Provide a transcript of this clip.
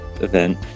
event